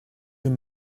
que